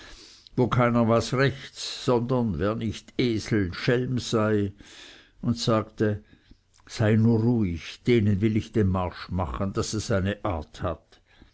wo keiner was rechts sondern wer nicht esel schelm sei und sagte sei nur ruhig denen will ich den marsch machen daß es eine art hat